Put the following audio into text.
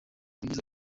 ibyiza